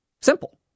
Simple